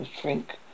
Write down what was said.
shrink